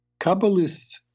Kabbalists